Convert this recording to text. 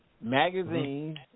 magazines